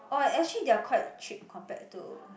oh actually they are quite cheap compared to